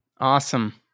Awesome